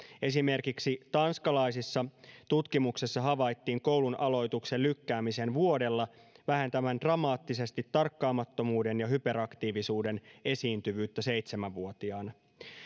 esimerkiksi tanskalaisissa tutkimuksissa havaittiin koulun aloituksen lykkäämisen vuodella vähentävän dramaattisesti tarkkaamattomuuden ja hyperaktiivisuuden esiintyvyyttä seitsemän vuotiaana